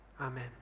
amen